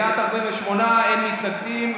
בעד, 48, אין מתנגדים.